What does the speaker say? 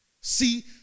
See